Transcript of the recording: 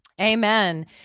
Amen